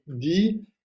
dit